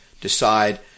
decide